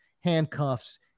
handcuffs